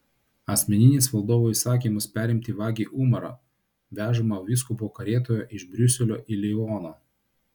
asmeninis valdovo įsakymas perimti vagį umarą vežamą vyskupo karietoje iš briuselio į lioną